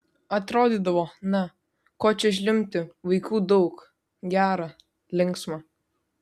atrodydavo na ko čia žliumbti vaikų daug gera linksma